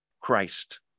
Christ